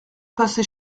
passé